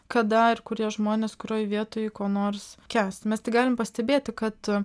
kada ir kurie žmonės kurioj vietoj ko nors kęsti mes tai galim pastebėti kad a